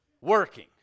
working